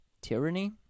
tyranny